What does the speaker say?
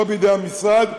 לא בידי המשרד,